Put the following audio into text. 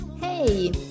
Hey